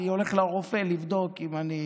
אני הולך לרופא לבדוק אם אני